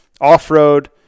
off-road